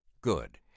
Good